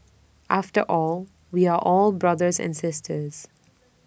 after all we are all brothers and sisters